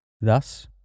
Thus